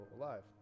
alive